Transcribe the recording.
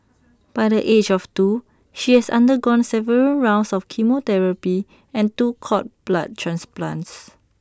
by the age of two she has undergone several rounds of chemotherapy and two cord blood transplants